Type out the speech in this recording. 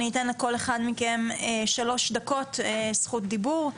אני אתן לכל אחד מכם שלוש דקות זכות דיבור.